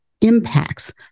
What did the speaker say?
impacts